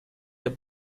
der